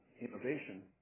innovation